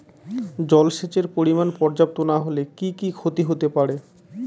জলসেচের পরিমাণ পর্যাপ্ত না হলে কি কি ক্ষতি হতে পারে?